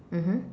mmhmm